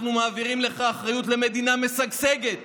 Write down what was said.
אנחנו מעבירים לך אחריות למדינה משגשגת